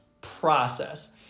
process